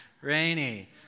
rainy